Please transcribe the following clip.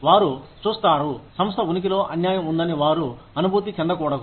వారు చూస్తారు సంస్థ ఉనికిలో అన్యాయం ఉందని వారు అనుభూతి చెందకూడదు